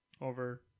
over